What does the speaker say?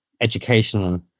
educational